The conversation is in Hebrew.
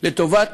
לטובת